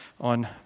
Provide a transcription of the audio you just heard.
on